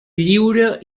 lliure